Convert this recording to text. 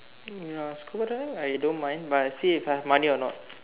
ya scuba dive I don't mind but I see if I have money or not